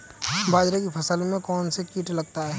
बाजरे की फसल में कौन सा कीट लगता है?